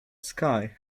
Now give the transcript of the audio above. ski